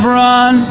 run